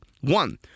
one